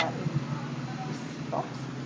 ah in this box